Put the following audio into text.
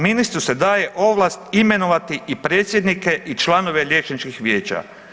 Ministru se daje ovlast imenovati i predsjednike i članove liječničkih vijeća.